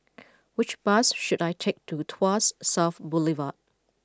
which bus should I take to Tuas South Boulevard